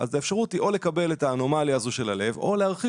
אז האפשרות היא או לקבל את האנומליה הזו של הלב או להרחיב